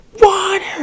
water